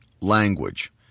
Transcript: language